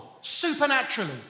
supernaturally